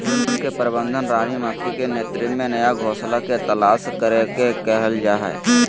झुंड के प्रबंधन रानी मक्खी के नेतृत्व में नया घोंसला के तलाश करे के कहल जा हई